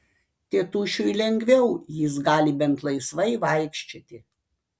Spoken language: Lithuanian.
tėtušiui lengviau jis gali bent laisvai vaikščioti